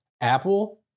Apple